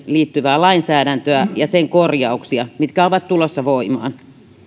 liittyvää lainsäädäntöä ja sen korjauksia mitkä ovat tulossa voimaan